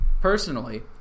Personally